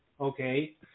Okay